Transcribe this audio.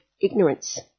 ignorance